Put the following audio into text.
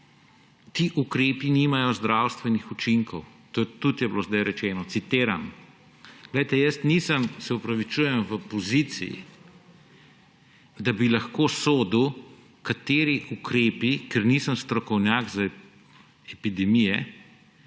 ti ukrepi nimajo zdravstvenih učinkov, to je tudi zdaj bilo rečeno, citiram. Glejte, jaz nisem, se opravičujem, v poziciji, da bi lahko sodil, kateri ukrepi, ker nisem strokovnjak za epidemije,